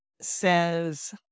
says